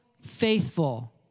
faithful